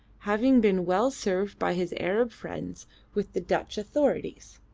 having been well served by his arab friends with the dutch authorities.